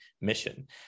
mission